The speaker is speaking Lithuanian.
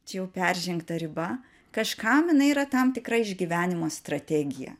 čia jau peržengta riba kažkam jinai yra tam tikra išgyvenimo strategija